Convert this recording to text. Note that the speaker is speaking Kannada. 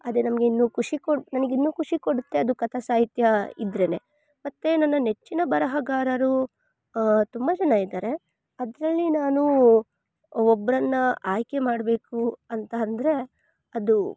ಅದೆ ನಮ್ಗೆ ಇನ್ನು ಖುಷಿ ಕೊಡು ನನಗಿನ್ನೂ ಖುಷಿ ಕೊಡುತ್ತೆ ಅದು ಕಥಾ ಸಾಹಿತ್ಯ ಇದ್ರೇ ಮತ್ತು ನನ್ನ ನೆಚ್ಚಿನ ಬರಹಗಾರರು ತುಂಬ ಜನ ಇದಾರೆ ಅದರಲ್ಲಿ ನಾನೂ ಒಬ್ಬರನ್ನ ಆಯ್ಕೆ ಮಾಡಬೇಕು ಅಂತ ಅಂದರೆ ಅದು